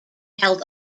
held